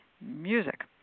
music